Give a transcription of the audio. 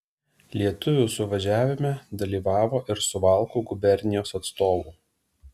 lietuvių suvažiavime dalyvavo ir suvalkų gubernijos atstovų